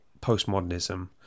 postmodernism